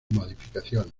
modificaciones